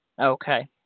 Okay